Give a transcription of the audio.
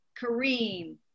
Kareem